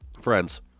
Friends